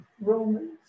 Romans